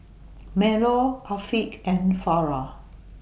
Melur Afiq and Farah